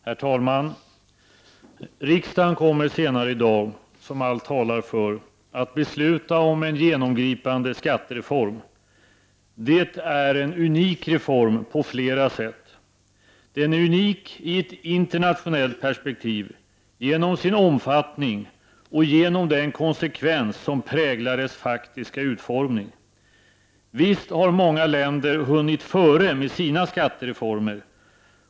Herr talman! Riksdagen kommer senare i dag — allt talar för det — att besluta om en genomgripande skattereform. Det är en unik reform — på flera sätt. Den är unik i ett internationellt perspektiv genom sin omfattning och genom den konsekvens som präglar dess faktiska utformning. Visst har många länder hunnit före med sina skattereformer.